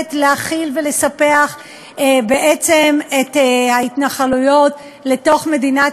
זוחלת להחיל ולספח את ההתנחלויות לתוך מדינת